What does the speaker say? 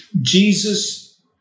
Jesus